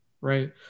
right